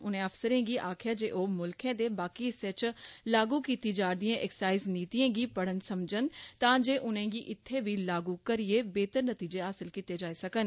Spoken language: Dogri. उनें अफसरें गी आक्खेया जे ओ मूल्खै दे बाकी हिस्सें च लाग् कीती जारदियें एक्साइज़ नीतियें गी पढ़न समझन तां जे उनेंगी इत्थे बी लागू करियै बेहतर नतीजे हासल कीते जाई सकन